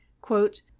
quote